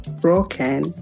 broken